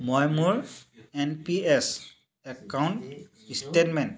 মই মোৰ N P S account statement